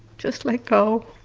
just let go.